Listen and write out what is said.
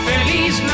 Feliz